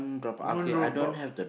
one drop out